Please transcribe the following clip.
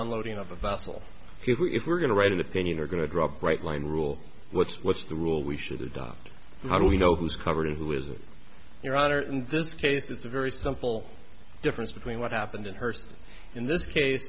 unloading of a vessel if we're going to write an opinion are going to draw bright line rule what's what's the rule we should adopt how do we know who's covered and who is of your honor in this case it's a very simple difference between what happened in her in this case